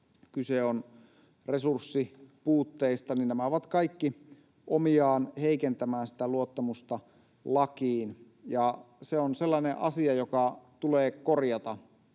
kyse on resurssipuutteista, niin nämä ovat kaikki omiaan heikentämään sitä luottamusta lakiin, ja se on sellainen asia, joka tulee korjata